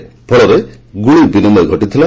ଯାହାଫଳରେ ଗୁଳି ବିନିମୟ ଘଟିଥିଲା